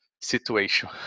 situation